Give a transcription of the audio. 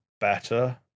better